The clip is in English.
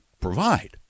provide